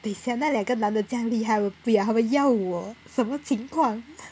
等一下那两个男的这样厉害他们不要他们要我什么情况